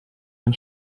den